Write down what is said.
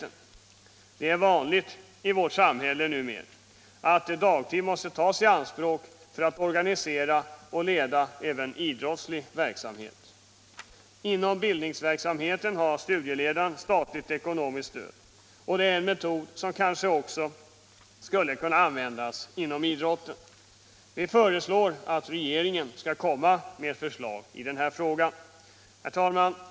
Det är numera vanligt i vårt samhälle att dagtid måste tas i anspråk för att man skall kunna organisera och leda även idrottsliga verksamheter. Inom bildningsverksamheten har studieledaren statligt ekonomiskt stöd, och det är en lösning som kanske också skulle kunna komma i fråga inom idrotten. Vi föreslår att regeringen framlägger förslag i denna fråga. Herr talman!